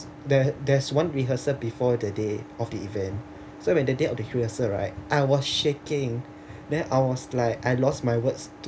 there there's one rehearsal before the day of the event so when the date of the rehearsal right I was shaking then I was like I lost my words